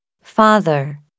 Father